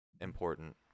important